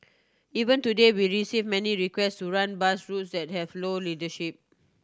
even today we receive many requests to run bus routes that have low ridership